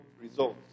results